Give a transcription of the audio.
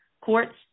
courts